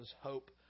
hope